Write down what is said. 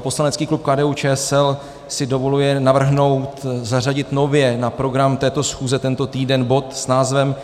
Poslanecký klub KDUČSL si dovoluje navrhnout zařadit nově na program této schůze tento týden bod s názvem